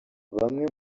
bamwe